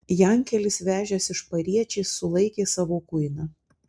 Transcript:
jankelis vežęs iš pariečės sulaikė savo kuiną